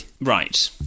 Right